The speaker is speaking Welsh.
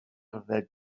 gerdded